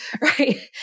right